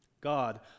God